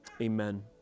Amen